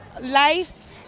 life